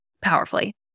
powerfully